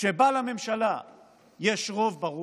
שבה לממשלה יש רוב ברור,